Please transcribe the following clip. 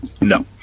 No